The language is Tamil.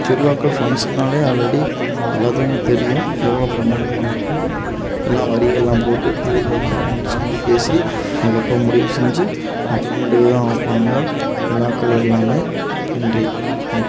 திருவிழாக்கள் ஃபங்க்ஷன்னாலே ஆல்ரெடி எல்லாத்துக்குமே தெரியும் எவ்வளோ பிரம்மாண்டமாக நடக்கும்னு எல்லா வரியெல்லாம் போட்டு தெருவில் எல்லாம் ஒன்று சேர்ந்து பேசி அதுக்கப்புறம் முடிவு செஞ்சு அப்புறம்மேட்டுக்கு தான் வைப்பாங்க விழாக்கள் எல்லாமே நன்றி வணக்கம்